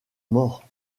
mort